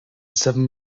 seven